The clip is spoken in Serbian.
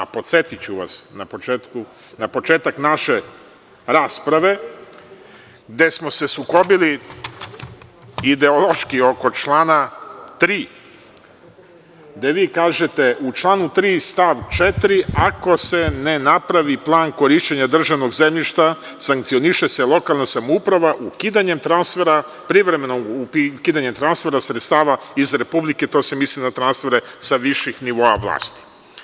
Podsetiću vas na početak naše rasprave, gde smo se sukobili ideološki oko člana 3. gde vi kažete, u članu 3. stav 4. – ako se ne napravi plan korišćenja državnog zemljišta sankcioniše se lokalna samouprava, ukidanjem transfera, privremenog ukidanja transfera sredstava iz Republike, to se misli na transfere sa viših nivoa vlasti.